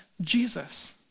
Jesus